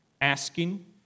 asking